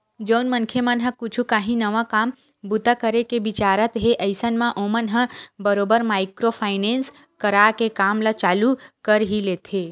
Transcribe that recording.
जउन मनखे मन ह कुछ काही नवा काम बूता करे के बिचारत हे अइसन म ओमन ह बरोबर माइक्रो फायनेंस करा के काम ल चालू कर ही लेथे